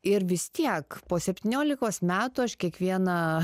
ir vis tiek po septyniolikos metų aš kiekvieną